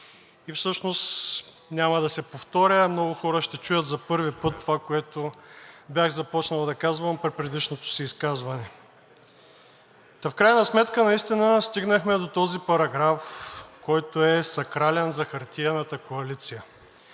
и всъщност няма да се повторя. Много хора ще чуят за първи път това, което бях започнал да казвам при предишното си изказване. В крайна сметка наистина стигнахме до този параграф, който е сакрален за хартиената коалиция.